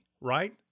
right